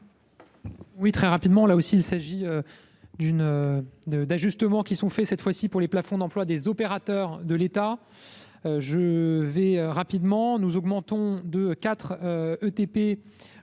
Oui, très rapidement, là aussi, il s'agit. D'une, de, d'ajustements qui sont fait cette fois-ci pour les plafonds d'emplois des opérateurs de l'État. Je vais rapidement nous augmentons de 4. ETP